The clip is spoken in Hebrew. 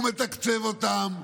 הוא מתקצב אותם.